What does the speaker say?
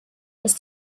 dass